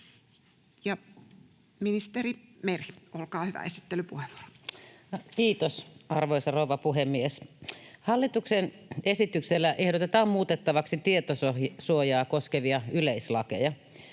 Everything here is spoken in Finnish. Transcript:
muuttamisesta Time: 16:51 Content: Kiitos, arvoisa rouva puhemies! Hallituksen esityksellä ehdotetaan muutettavaksi tietosuojaa koskevia yleislakeja.